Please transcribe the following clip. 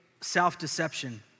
self-deception